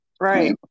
Right